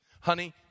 Honey